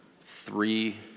three